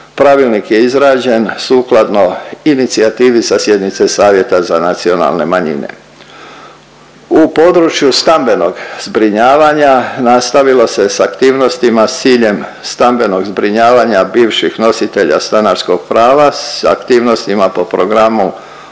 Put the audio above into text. Pravilnik je izrađen sukladno inicijativi sa sjednice Savjeta za nacionalne manjine. U području stambenog zbrinjavanja nastavilo se s aktivnostima s ciljem stambenog zbrinjavanja bivših nositelja stanarskog prava s aktivnostima po Programu